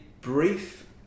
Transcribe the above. brief